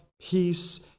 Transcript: peace